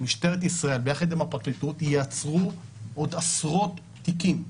משטרת ישראל ביחד עם הפרקליטות ייצרו עוד עשרות תיקים.